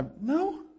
No